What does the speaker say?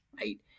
right